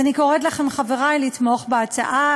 אני קוראת לכם, חברי, לתמוך בהצעה.